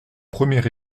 premier